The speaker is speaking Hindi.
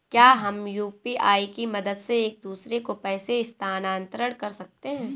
क्या हम यू.पी.आई की मदद से एक दूसरे को पैसे स्थानांतरण कर सकते हैं?